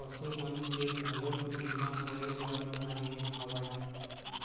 पसु मन के घलोक बीमा होय बर धर ले हवय